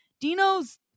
Dino's